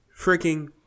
freaking